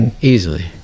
Easily